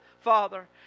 Father